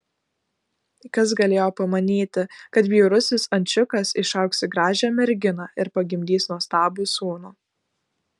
kas galėjo pamanyti kad bjaurusis ančiukas išaugs į gražią merginą ir pagimdys nuostabų sūnų